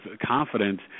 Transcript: confidence